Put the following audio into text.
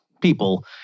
people